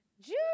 June